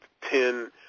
ten